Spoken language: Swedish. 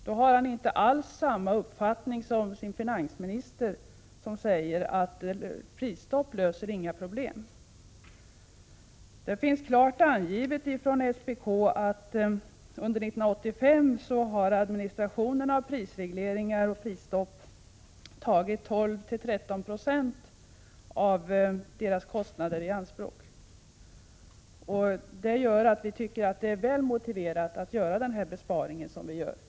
Då har han inte alls samma uppfattning som finansministern, som säger att prisstopp inte löser några problem. SPK har klart angivit att under 1985 har administrationen av prisregleringar och prisstopp tagit 12-13 90 av medlen i anspråk. Detta gör att vi finner det väl motiverat att göra den besparing som vi föreslår.